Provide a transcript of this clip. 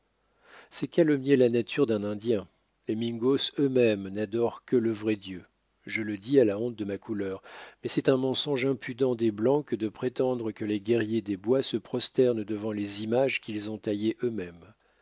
c'est calomnier la nature d'un indien les mingos euxmêmes n'adorent que le vrai dieu je le dis à la honte de ma couleur mais c'est un mensonge impudent des blancs que de prétendre que les guerriers des bois se prosternent devant les images qu'ils ont taillées eux-mêmes